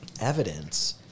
evidence